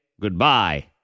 goodbye